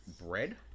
bread